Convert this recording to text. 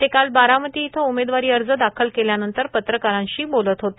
ते काल बारामती इथं उमेदवारीअर्ज दाखल केल्यानंतर पत्रकारांशी बोलत होते